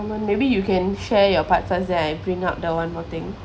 mm maybe you can share your part first then I think out the one more thing